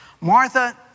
Martha